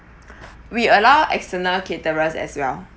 we allow external caterers as well